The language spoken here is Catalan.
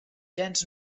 gens